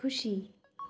खुसी